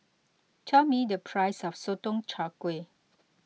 tell me the price of Sotong Char Kway